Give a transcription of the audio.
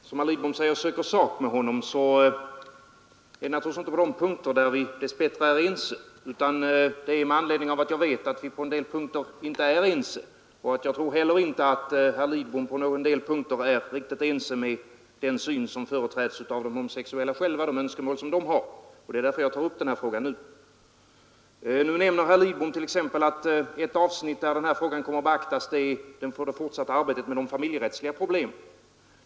Herr talman! Om jag, som herr Lidbom säger, söker sak med honom, är det naturligtvis inte på de punkter där vi dess bättre är ense, utan det är med anledning av att jag vet att vi på en del punkter inte är ense. Jag tror heller inte att herr Lidbom på några punkter delar den syn som företräds av de homosexuella själva och de önskemål de har. Det är därför jag tar upp denna fråga nu. Herr Lidbom nämner t.ex. att ett avsnitt där detta kommer att beaktas är det fortsatta arbetet med de familjerättsliga problemen.